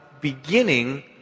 beginning